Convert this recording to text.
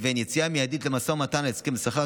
והם יציאה מיידית למשא ומתן על הסכם שכר,